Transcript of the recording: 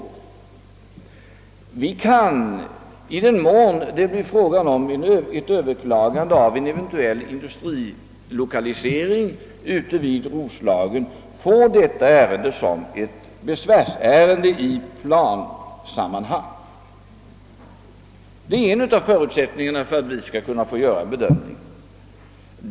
Om det blir aktuellt med ett överklagande av ett eventuellt beslut om = industrilokalisering i Roslagen, kan regeringen få detta ärende till prövning som ett besvärsärende i plansammanhang. Det är den ena förutsättningen för att regeringen skall få tillfälle att göra en bedömning.